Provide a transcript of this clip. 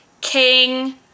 King